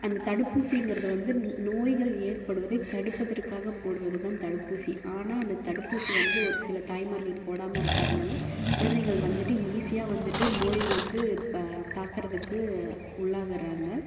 அந்த தடுப்பூசிங்கிறது வந்து நோய்கள் ஏற்படுவதை தடுப்பதற்காக போடுவது தான் தடுப்பூசி ஆனால் அந்த தடுப்பூசி வந்து ஒரு சில தாய்மார்கள் வந்து போடாமல் இருக்கிறதுனால குழந்தைகள் வந்துட்டு ஈஸியாக வந்துட்டு நோய் வந்து இப்போ தாக்கிறத்துக்கு உள்ளாகிறாங்க